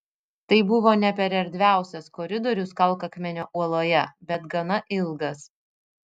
tai buvo ne per erdviausias koridorius kalkakmenio uoloje bet gana ilgas